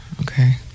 Okay